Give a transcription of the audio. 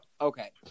okay